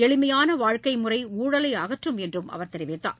எளிமையான வாழ்க்கை முறை ஊழலை அகற்றும் என்றும் அவர் தெரிவித்தார்